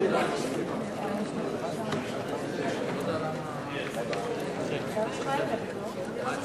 סעיף 1 נתקבל.